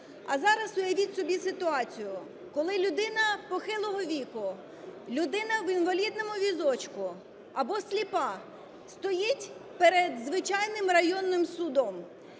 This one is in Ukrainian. А зараз уявіть собі ситуацію, коли людина похилого віку, людина в інвалідному візочку або сліпа стоїть перед звичайним районним судом